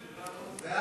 נא